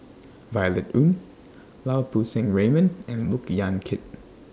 Violet Oon Lau Poo Seng Raymond and Look Yan Kit